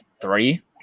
three